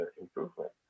improvement